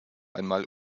einmal